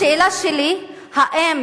השאלה שלי, האם